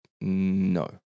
no